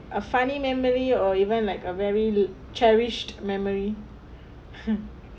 a funny memory or even like a very cherished memory